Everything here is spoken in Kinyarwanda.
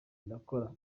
ndakora